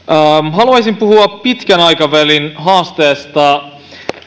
haluaisin puhua pitkän aikavälin haasteesta